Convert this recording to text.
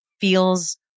feels